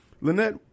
Lynette